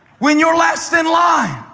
when you're last in line?